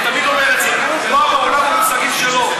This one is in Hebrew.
אני תמיד אומר את זה: הוא בא מעולם המושגים שלו,